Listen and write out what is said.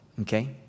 Okay